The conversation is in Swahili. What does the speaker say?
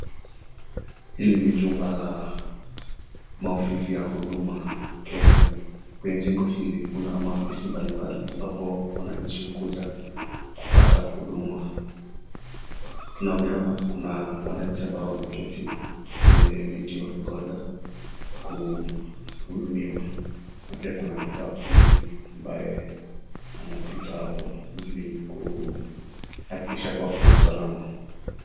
Hili ni jumba la maofisi ya Huduma Kenya. Kwenye jengo hili Kuna maofisi mbali mbali ambapo wananchi hukuja kupata huduma. Tunavyo ona Kuna wananchi ambao wameketi kwenye viti waki ng'oja kuhudumiwa. Na pia Kuna afisa wa polisi anaye pita hapo Ili kuhakikisha kwamba Kuna usakama.